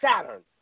Saturn